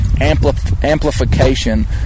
amplification